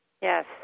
Yes